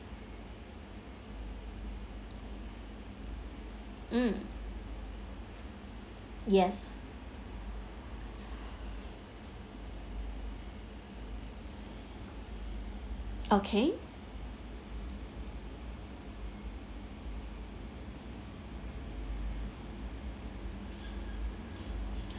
mm yes okay